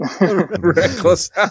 reckless